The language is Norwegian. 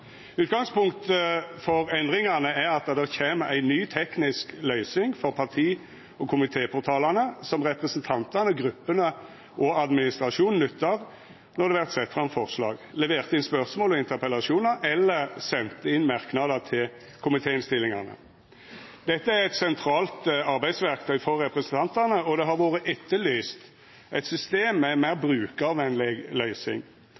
Utgangspunktet for endringane er at det kjem ei ny teknisk løysing for parti- og komitéportalane som representantane, gruppene og administrasjonen nyttar når det vert sett fram forslag, levert inn spørsmål og interpellasjonar eller sendt inn merknader til komitéinnstillingane. Dette er eit sentralt arbeidsverktøy for representantane, og det har vore etterlyst eit system med ei meir brukarvenleg løysing.